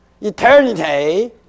Eternity